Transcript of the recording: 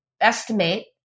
estimate